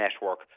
network